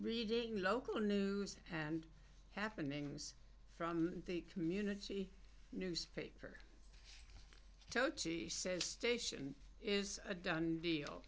reading local news and happenings from the community newspaper toti says station is a d